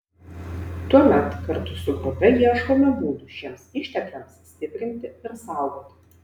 tuomet kartu su grupe ieškome būdų šiems ištekliams stiprinti ir saugoti